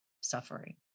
suffering